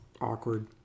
awkward